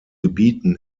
gebieten